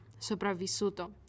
sopravvissuto